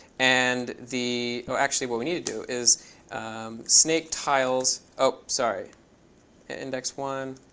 and the oh, actually what we need to do is snaketiles oh, sorry at index one,